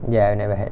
ya never had